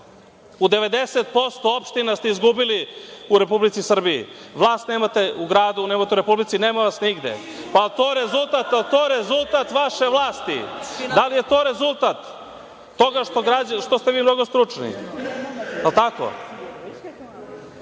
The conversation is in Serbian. U 90% opština ste izgubili u Republici Srbiji. Vlast nemate u gradu, nemate u Republici, nema vas nigde. Pa, jel to rezultat vaše vlasti!? Da li je to rezultat toga što ste vi mnogo stručni, jel